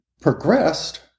progressed